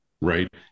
right